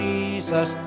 Jesus